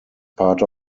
part